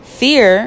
fear